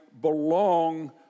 belong